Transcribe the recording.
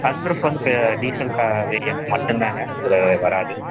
hundred diesel variant மட்டுந்தாங்க இதில் வராது